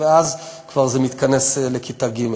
ואז כבר זה מתכנס לכיתה ג'.